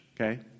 okay